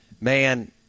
man